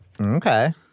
Okay